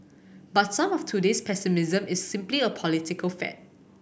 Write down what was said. but some of today's pessimism is simply a political fad